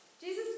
Jesus